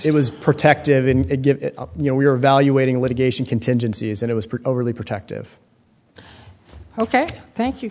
it was protective in you know we were evaluating litigation contingencies and it was part overly protective ok thank you